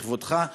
כבודך,